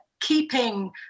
keeping